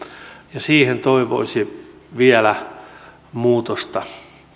ja siihen toivoisi vielä muutosta